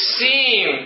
seem